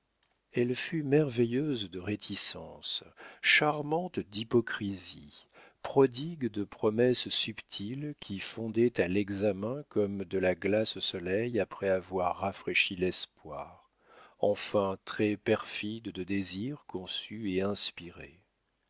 elle fut merveilleuse de réticences charmante d'hypocrisie prodigue de promesses subtiles qui fondaient à l'examen comme de la glace au soleil après avoir rafraîchi l'espoir enfin très perfide de désirs conçus et inspirés